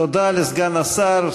תודה לסגן השר.